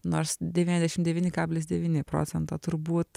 nors devyniasdešim devyni kablis devyni procento turbūt